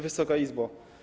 Wysoka Izbo!